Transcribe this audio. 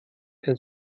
ein